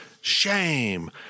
Shame